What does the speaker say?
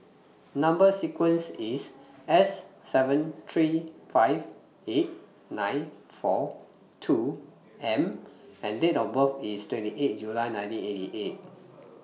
Number sequence IS S seven three five eight nine four two M and Date of birth IS twenty eight July nineteen eighty eight